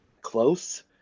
close